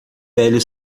velho